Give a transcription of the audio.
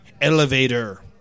Elevator